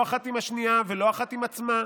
לא אחת עם השנייה ולא אחת עם עצמה.